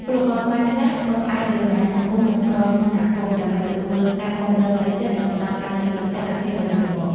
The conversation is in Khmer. ពលករខ្មែរខ្លះពឹងផ្អែកលើបណ្ដាញសង្គម និងក្រុមសហគមន៍ ដើម្បីទទួលការគាំទ្រផ្លូវចិត្ត និងផ្ដល់ការលើកទឹកចិត្តឱ្យគ្នាទៅវិញទៅមក។